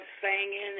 singing